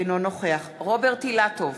אינו נוכח רוברט אילטוב,